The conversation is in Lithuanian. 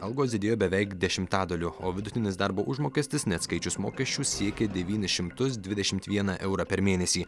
algos didėjo beveik dešimtadaliu o vidutinis darbo užmokestis neatskaičius mokesčių siekė devynis šimtus dvidešim vieną eurą per mėnesį